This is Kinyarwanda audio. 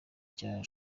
cya